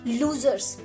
losers